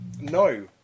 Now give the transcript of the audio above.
No